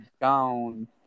down